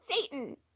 Satan